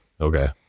Okay